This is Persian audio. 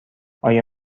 آیا